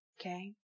Okay